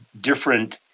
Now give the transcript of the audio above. different